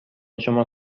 شما